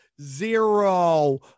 Zero